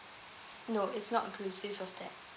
no it's not inclusive of that